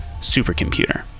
supercomputer